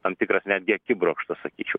tam tikras netgi akibrokštas sakyčiau